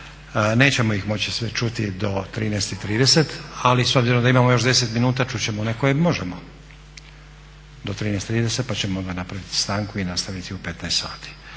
Nećemo ih moći sve čuti do 13,30, ali s obzirom da još imamo 10 minuta čut ćemo one koje možemo do 13.30 pa ćemo onda napraviti stanku i nastaviti u 15,00 sati.